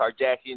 Kardashian